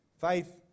Faith